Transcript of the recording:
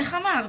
איך אמרת?